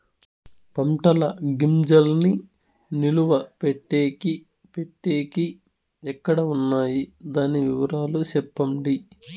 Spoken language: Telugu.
పంటల గింజల్ని నిలువ పెట్టేకి పెట్టేకి ఎక్కడ వున్నాయి? దాని వివరాలు సెప్పండి?